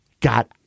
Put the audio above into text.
got